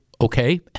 Okay